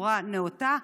בצורה נאותה.